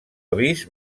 avís